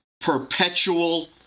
perpetual